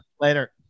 Later